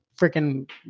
freaking